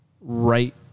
right